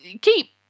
keep